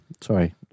Sorry